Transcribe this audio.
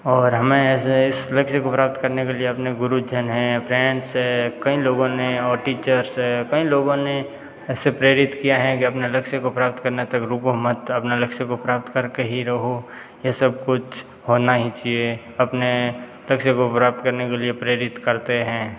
और हमें ऐसे इस लक्ष्य को प्राप्त करने के लिए अपने गुरूजन हैं फ्रेंड्स है कई लोगों ने और टीचर्स है कई लोगों ने ऐसे प्रेरित किया हैं कि अपना लक्ष्य को प्राप्त करना तो रुको मत अपना लक्ष्य को प्राप्त करके ही रहो यह सब कुछ होना ही चाहिए अपने लक्ष्य को प्राप्त करने के लिए प्रेरित करते हैं